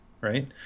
right